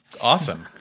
awesome